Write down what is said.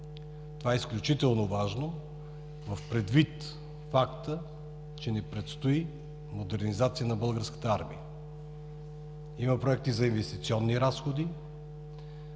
Това е изключително важно, предвид факта, че ни предстои модернизация на Българската армия. Има проекти за инвестиционни разходи.